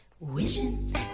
Wishing